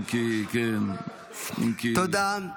תודה.